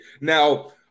Now